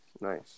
nice